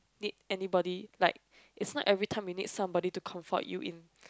need anybody like it's not everytime you need somebody to comfort you in